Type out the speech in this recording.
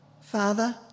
Father